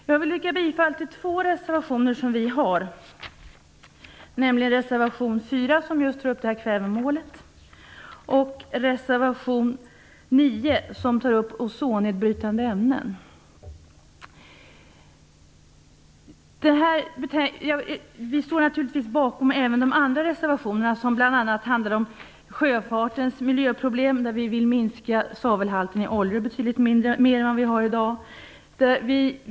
Jag vill yrka bifall till två reservationer, nämligen reservation 4, som just tar upp kvävemålet, och reservation 9, som tar upp ozonnedbrytande ämnen. Vi står naturligtvis bakom även de andra reservationerna, som bl.a. handlar om sjöfartens miljöproblem. Vi vill minska svavelhalten i oljor, så att den blir betydligt lägre än vad den är i dag.